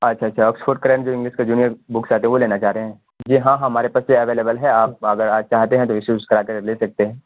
اچھا اچھا اچھا اوکسفورڈ کرنٹ جو انگلش کا جونیئر بکس ہیں تو وہ لینا چاہتے ہیں جی ہاں ہاں ہمارے پاس یہ اویلیبل ہے آپ اگر آج چاہتے ہیں تو ایشوز کرا کے لے سکتے ہیں